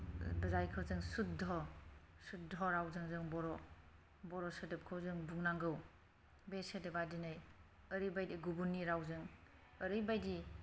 जायखौ जों सुद्ध' सुद्ध' रावजों जों बर ' बर' सोदोबखौ जों बुंनांगौ बे सोदोबा दिनै ओरैबायदि गुबुननि रावजों ओरैबायदि